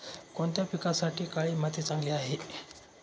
कोणत्या पिकासाठी काळी माती चांगली आहे?